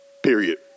Period